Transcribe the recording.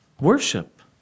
Worship